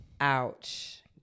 Ouch